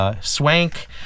Swank